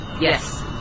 Yes